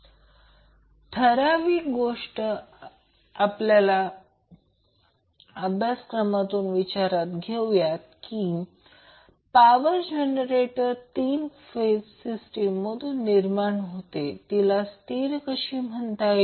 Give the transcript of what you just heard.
ही ठराविक गोष्ट आपण आपल्या अभ्यासक्रमातनंतर विचारात घेऊया की पॉवर जनरेटरच्या 3 फेज सिस्टीममधून निर्माण होते तिला स्थिर कशी म्हणता येईल